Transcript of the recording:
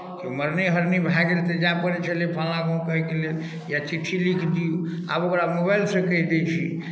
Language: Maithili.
कि मरनी हरनी भए गेल तऽ जाय पड़ै छलै फल्लाँ गाम कहैके लेल या चिट्ठी लिख दियौ आब ओकरा मोबाइलसँ कहि दैत छियै